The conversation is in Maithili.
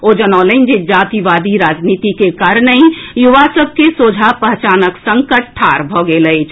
ओ जनौलनि जे जातिवाद राजनीति कारणहि युवा सभ के सोझा पहचानक संकट ठाढ़ भऽ गेल अछि